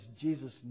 Jesus